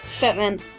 Batman